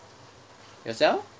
yourself